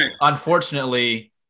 unfortunately